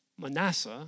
Manasseh